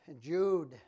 Jude